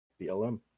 BLM